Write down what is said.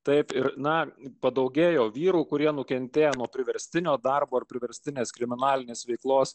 taip ir na padaugėjo vyrų kurie nukentėjo nuo priverstinio darbo ir priverstinės kriminalinės veiklos